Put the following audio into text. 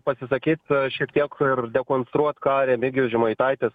pasisakyt šiek tiek ir dekonstruot ką remigijus žemaitaitis